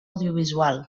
audiovisual